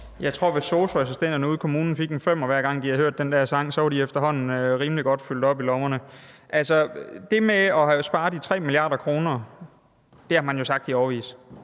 Jeg tror, at hvis sosu-assistenterne ude i kommunen fik en femmer, hver gang de havde hørt den der sang, ville de efterhånden have deres lommer rigeligt fyldt op. Det med at spare de 3 mia. kr. har man sagt i årevis.